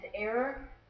error